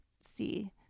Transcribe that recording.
see